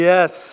Yes